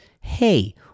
hey